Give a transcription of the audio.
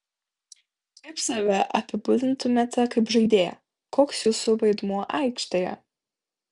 kaip save apibūdintumėte kaip žaidėją koks jūsų vaidmuo aikštėje